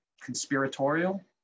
Conspiratorial